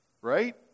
Right